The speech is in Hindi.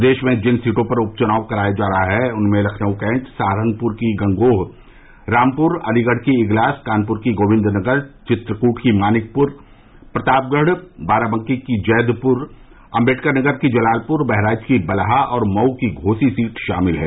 प्रदेश में जिन सीटों पर उपचुनाव कराया जा रहा है उनमें लखनऊ कैन्ट सहारनपुर की गंगोह रामपुर अलीगढ़ की इग्लास कानपुर की गोविन्दनगर चित्रकूट की मानिकपुर प्रतापगढ़ बाराबंकी की जैदपुर अम्बेडकरनगर की जलालपुर बहराइच की बलहा और मऊ की घोसी सीट शामिल है